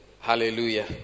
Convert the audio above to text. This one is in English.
hallelujah